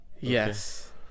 Yes